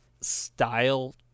style